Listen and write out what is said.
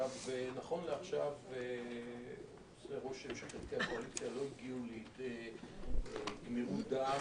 נכון לעכשיו עושה רושם שחלקי הקואליציה לא הגיעו לידי גמירות דעת.